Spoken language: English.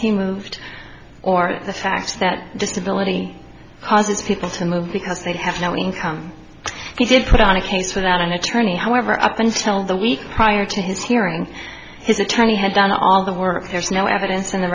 he moved or the facts that disability causes people to move because they have no income he did put on a case without an attorney however up until the week prior to his hearing his attorney had done all the work there's no evidence in the